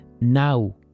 Now